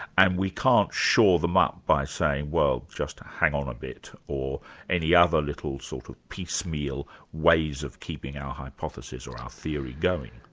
and we can't shore them up by saying well, just hang on a bit or any other little sort of piecemeal ways of keeping our hypothesis or our theory going.